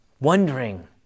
wondering